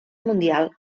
mundial